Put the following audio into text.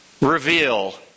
reveal